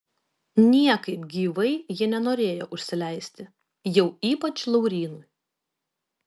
niekaip gyvai ji nenorėjo užsileisti jau ypač laurynui